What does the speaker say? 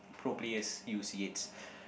pro players use Yates